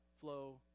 flow